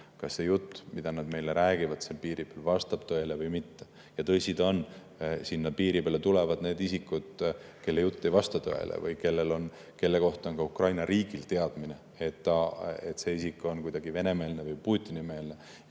kas see jutt, mida nad meile räägivad piiri peal, vastab tõele või mitte. Tõsi ta on, et piiri peale tulevad ka isikud, kelle jutt ei vasta tõele või kelle kohta on Ukraina riigil teadmine, et need isikud on kuidagi venemeelsed või Putini-meelsed,